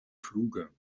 fluge